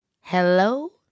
hello